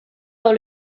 dans